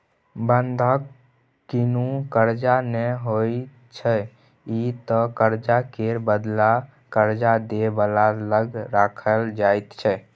बंधक कुनु कर्जा नै होइत छै ई त कर्जा के बदला कर्जा दे बला लग राखल जाइत छै